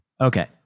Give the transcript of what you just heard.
Okay